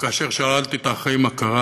וכאשר שאלתי את האחראים מה קרה,